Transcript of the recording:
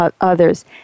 others